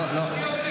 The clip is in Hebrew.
אמרו, לא, לא.